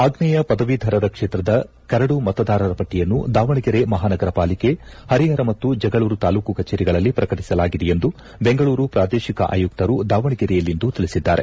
ಆಗ್ನೇಯ ಪದವೀಧರರ ಕ್ಷೇತ್ರದ ಕರಡು ಮತದಾರರ ಪಟ್ಟಿಯನ್ನು ದಾವಣಗೆರೆ ಮಹಾನಗರಪಾಲಿಕೆ ಪರಿಪರ ಮತ್ತು ಜಗಳೂರು ತಾಲ್ಲೂಕು ಕಚೇರಿಗಳಲ್ಲಿ ಪ್ರಕಟಿಸಲಾಗಿದೆ ಎಂದು ಬೆಂಗಳೂರು ಪ್ರಾದೇಶಿಕ ಆಯುತ್ತರು ದಾವಣಗೆರೆಯಲ್ಲಿಂದು ತಿಳಿಸಿದ್ದಾರೆ